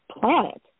planet